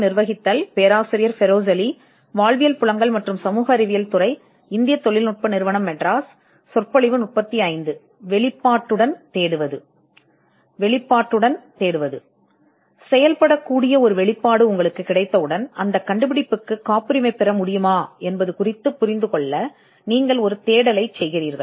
நீங்கள் ஒரு முறை வெளிப்படுத்தியவுடன் கண்டுபிடிப்புக்கு காப்புரிமை பெற முடியுமா என்பதைப் புரிந்துகொள்ள ஒரு தேடலைச் செய்கிறீர்கள்